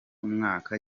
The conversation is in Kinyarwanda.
mwaka